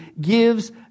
gives